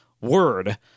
word